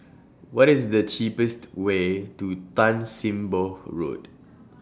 What IS The cheapest Way to Tan SIM Boh Road